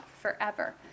forever